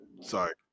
Sorry